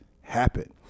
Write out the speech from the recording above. happen